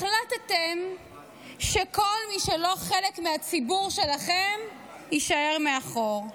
החלטתם שכל מי שלא חלק מהציבור שלכם יישאר מאחור.